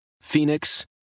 Phoenix